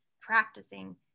practicing